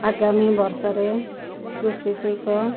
ଆଗାମୀ ବର୍ଷରେ କୃଷି ଶିଳ୍ପ